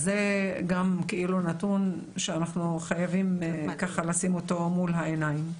אז זה גם נתון שאנחנו חייבים לשים אותו מול העיניים.